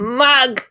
mug